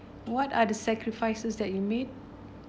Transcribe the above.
what are the sacrifices that you made